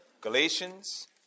Galatians